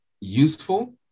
useful